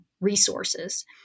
resources